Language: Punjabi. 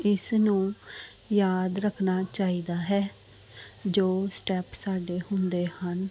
ਇਸ ਨੂੰ ਯਾਦ ਰੱਖਣਾ ਚਾਹੀਦਾ ਹੈ ਜੋ ਸਟੈਪ ਸਾਡੇ ਹੁੰਦੇ ਹਨ